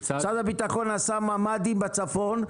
משרד הביטחון עשה ממ"דים בצפון.